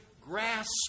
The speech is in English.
grasp